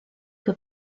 que